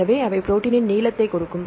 எனவே அவை ப்ரோடீனின் நீளத்தைக் கொடுக்கும்